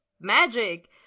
magic